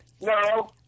No